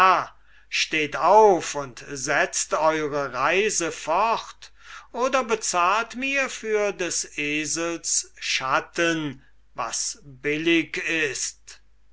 steht auf und setzt eure reise fort oder bezahlt mir für des esels schatten was billig ist